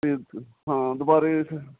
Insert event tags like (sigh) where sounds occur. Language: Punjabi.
(unintelligible) ਹਾਂ ਦੁਬਾਰਾ ਫਿਰ